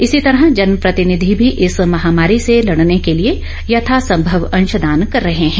इसी तरह जनप्रतिनिधि भी इस महामारी से लड़ने के लिए यथासंभव अंशदान कर रहे हैं